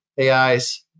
AIs